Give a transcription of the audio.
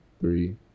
three